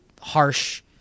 harsh